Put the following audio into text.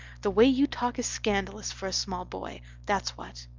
the way you talk is scandalous for a small boy, that's what.